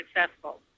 successful